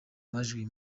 majwi